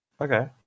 Okay